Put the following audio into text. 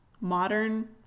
modern